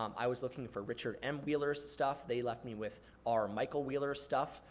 um i was looking for richard m. wheeler's stuff, they left me with r. michael wheeler's stuff.